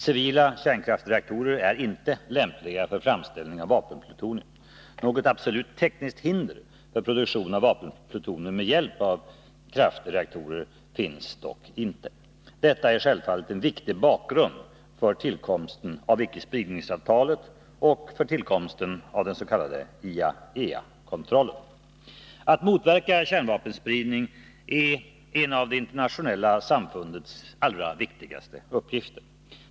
Civila kärnkraftsreaktorer är inte lämpliga för framställning av vapenplutonium. Något absolut tekniskt hinder för produktion av vapenplutonium med hjälp av kraftreaktorer finns emellertid inte. Detta är självfallet en viktig bakgrund för tillkomsten av icke-spridningsavtalet och IAEA-kontrollen. Att motverka kärnvapenspridning är en av det internationella samfundets allra viktigaste uppgifter.